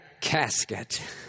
casket